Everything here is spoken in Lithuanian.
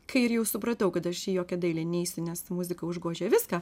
kai ir jau supratau kad aš į jokią dailę neisiu nes muzika užgožė viską